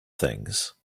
things